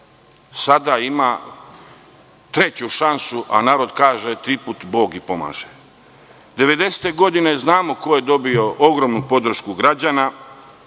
sada ima treću šansu, a narod kaže – triput i Bog pomaže. Devedesete godine znamo ko je dobio ogromnu podršku građana